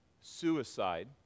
suicide